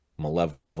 malevolent